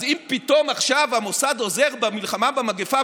אז אם פתאום עכשיו המוסד עוזר במלחמה במגפה,